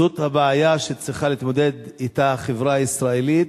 זאת הבעיה שצריכה להתמודד אתה החברה הישראלית,